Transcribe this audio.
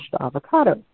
avocado